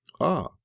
Ah